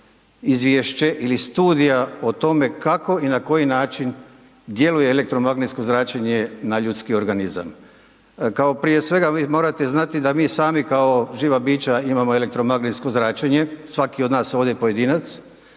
izvješće ili studija o tome kako i na koji način djeluje elektromagnetsko zračenje na ljudski organizam. Kao prije svega vi morate znati da mi sami kao živa bića imamo elektromagnetsko zračenje, svaki od nas ovdje pojedinac,